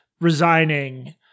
resigning –